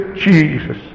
Jesus